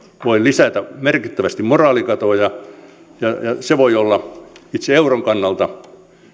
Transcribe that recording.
voi lisätä merkittävästi moraalikatoa tämä moraalikadon tie voi olla itse euron kannalta